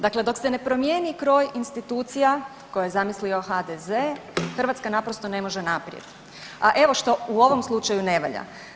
Dakle, dok se ne promijeni kroj institucija koje je zamislio HDZ Hrvatska naprosto ne može naprijed, a evo šta u ovom slučaju ne valja.